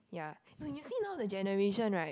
ya no you see now the generation right